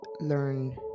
learn